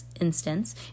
instance